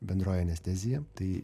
bendroji anestezija tai